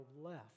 left